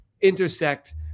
intersect